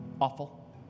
Awful